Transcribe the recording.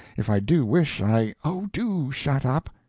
if i do wish i oh, do shut up!